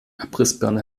abrissbirne